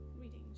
reading